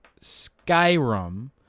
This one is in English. Skyrim